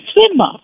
swimmer